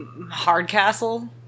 hardcastle